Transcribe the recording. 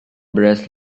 brass